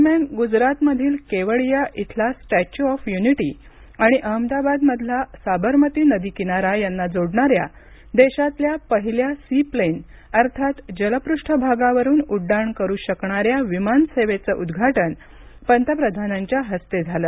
दरम्यान गुजरातमधील केवडिया इथला स्टॅच्यु ऑफ युनिटी आणि अहमदाबादमधल्या साबरमती नदीकिनारा यांना जोडणाऱ्या देशातल्या पहिल्या सीप्लेन अर्थात जलपृष्ठ भागावरुन उड्डाण करू शकणाऱ्या विमानसेवेचं उद्घाटन पंतप्रधानांच्या हस्ते झालं